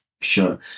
Sure